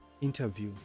interview